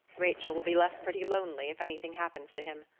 rachel will be left pretty lonely if anything happens to him,